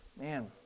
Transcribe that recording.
man